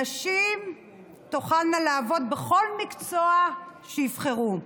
נשים תוכלנה לעבוד בכל מקצוע שיבחרו,